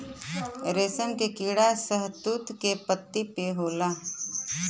रेशम के कीड़ा शहतूत के पत्ती पे होला